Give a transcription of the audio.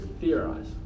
theorize